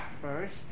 first